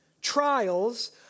trials